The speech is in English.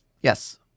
Yes